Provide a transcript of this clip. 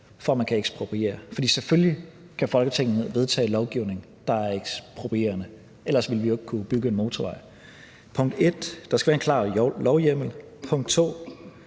for at man kan ekspropriere. For selvfølgelig kan Folketinget vedtage lovgivning, der er eksproprierende, ellers ville vi jo ikke kunne bygge en motorvej. Punkt 1: Der skal være en klar lovhjemmel. Punkt 2: